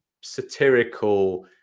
satirical